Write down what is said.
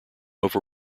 over